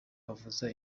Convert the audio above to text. bavuza